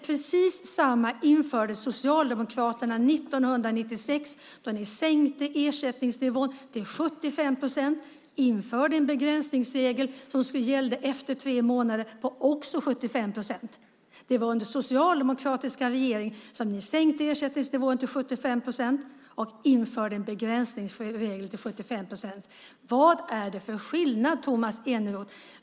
Precis detsamma införde Socialdemokraterna 1996, då ni sänkte ersättningsnivån till 75 procent och införde en begränsningsregel som gällde efter tre månader, också på 75 procent. Det var under en socialdemokratisk regering som ni sänkte ersättningsnivån till 75 procent och införde en begränsningsregel till 75 procent. Vad är det för skillnad, Tomas Eneroth?